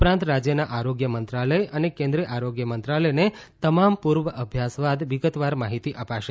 ઉપરાંત રાજ્યના આરોગ્ય મંત્રાલય અને કેન્દ્રિય આરોગ્ય મંત્રાલયને તમામ પૂર્વ અભ્યાસ બાદ વિગતવાર માહિતી અપાશે